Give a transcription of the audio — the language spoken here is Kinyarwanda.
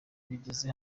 bigeze